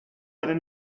einen